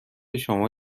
شما